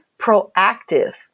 proactive